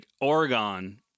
Oregon